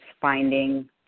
finding